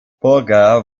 burger